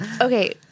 okay—